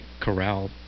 corral